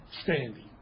standing